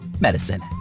medicine